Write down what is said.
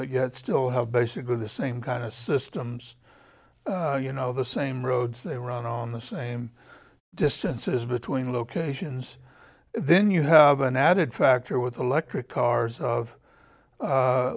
but yet still have basically the same kind of systems you know the same roads they run on the same distances between locations then you have an added factor with electric cars of